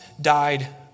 died